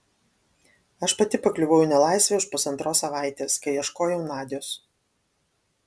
aš pati pakliuvau į nelaisvę už pusantros savaitės kai ieškojau nadios